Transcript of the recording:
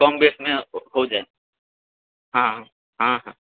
कम बेसीमे हो जाइ हँ हँ हँ